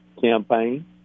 campaign